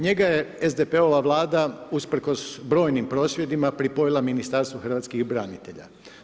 Njega je SDP-ova vlada usprkos brojnim prosvjedima pripojila Ministarstvu hrvatskih branitelja.